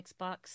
Xbox